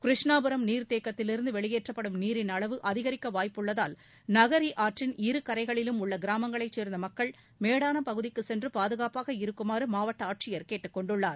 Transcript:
கிருஷ்ணாபுரம் நீர்த்தேக்கத்திலிருந்து வெளியேற்றப்படும் நீரின் அளவு அதிகரிக்க வாய்ப்புள்ளதால் நகரி ஆற்றின் இரு கரைகளிலும் உள்ள கிராமங்களைச் சேர்ந்த மக்கள் மேடான பகுதிக்குச் சென்று பாதுகாப்பாக இருக்குமாறு மாவட்ட ஆட்சியர் கேட்டுக்கொண்டுள்ளார்